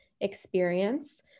experience